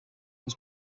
was